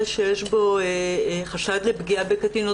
שיש בו חשד לפגיעה בקטין,